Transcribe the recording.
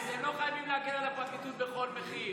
אתם לא חייבים להגן על הפרקליטות בכל מחיר.